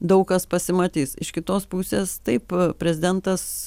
daug kas pasimatys iš kitos pusės taip prezidentas